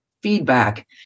feedback